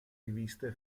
riviste